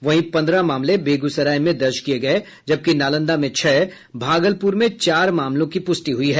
वहीं पंद्रह मामले बेगूसराय में दर्ज किये गये जबकि नालंदा में छह भागलपुर में चार मामलों की पुष्टि हुई है